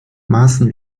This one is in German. maßen